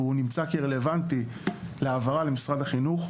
והוא נמצא כרלוונטי להעברה למשרד החינוך,